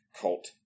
cult